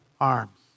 arms